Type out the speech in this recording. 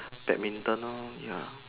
badminton lor ya